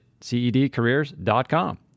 cedcareers.com